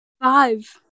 five